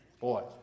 boy